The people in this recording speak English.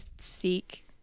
seek